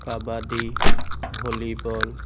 kabaddi volleyball